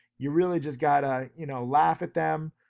you really just gotta, you know, laugh at them.